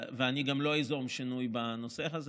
ואני גם לא איזום שינוי בנושא הזה.